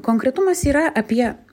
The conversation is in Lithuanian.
konkretumas yra apie